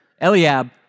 Eliab